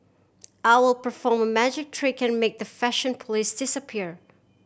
I will perform a magic trick and make the fashion police disappear